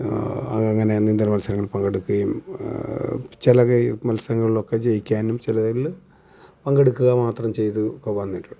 അങ്ങനെ നീന്തൽ മത്സരങ്ങളിൽ പങ്കെടുക്കയും ചിലതിൽ മത്സരങ്ങളിലൊക്കെ ജയിക്കാനും ചിലതിൽ പങ്കെടുക്കുക മാത്രം ചെയ്ത് ഒക്കെ വന്നിട്ടുണ്ട്